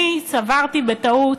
אני סברתי, בטעות,